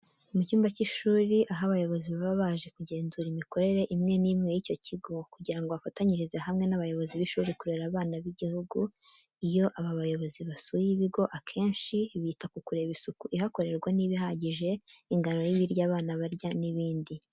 Mu cyumba cy'ishuri aho abayobozi baba baje kugenzura imikorere imwe n'imwe y'icyo kigo kugira ngo bafatanyirize hamwe n'abayobozi b'ishuri kurera abana b'igihugu. Iyo aba bayobozi basuye ibigo akenshi, bita kukureba isuku ihakorerwa niba ihagije, ingano y'ibiryo abana barya n'ibindi.